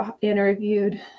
interviewed